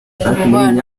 umubano